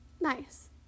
nice